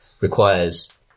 Requires